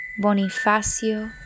Bonifacio